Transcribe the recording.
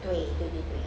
对对对对